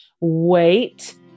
wait